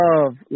love